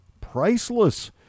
Priceless